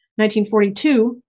1942